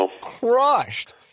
crushed